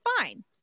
fine